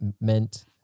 meant